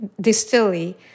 Distillery